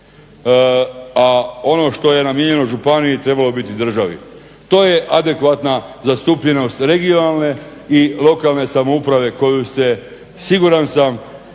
a ono što je namijenjeno županiji trebalo bi biti državi. To je adekvatna zastupljenost regionalne i lokalne samouprave koju ste siguran sam